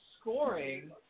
scoring